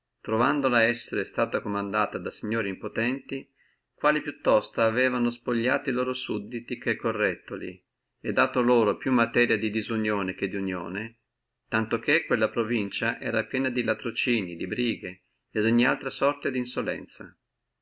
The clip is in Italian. trovandola suta comandata da signori impotenti li quali più presto avevano spogliato e loro sudditi che corretti e dato loro materia di disunione non di unione tanto che quella provincia era tutta piena di latrocinii di brighe e di ogni altra